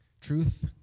truth